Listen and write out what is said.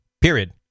period